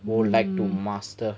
hmm